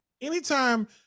anytime